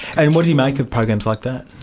and what do you make of programs like that?